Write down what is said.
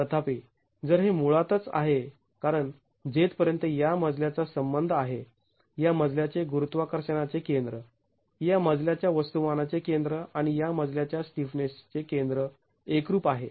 तथापि जर हे मुळातच आहे कारण जेथ पर्यंत या मजल्याचा संबंध आहे या मजल्याचे गुरुत्वाकर्षणाचे केंद्र या मजल्याच्या वस्तुमानाचे केंद्र आणि या मजल्याच्या स्टिफनेसचे केंद्र एकरूप आहे